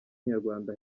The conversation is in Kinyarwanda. nyarwanda